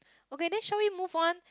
okay then shall we move on